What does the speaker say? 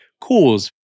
cause